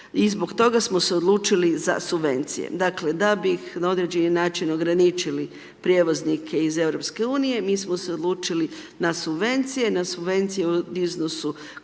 i zbog toga smo se odlučili za subvencije. Dakle, da bi na određeni način ograničili prijevoznike iz EU-a, mi smo se odlučili na subvencije, na subvencije u iznosu koje